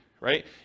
right